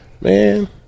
man